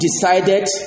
decided